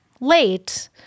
late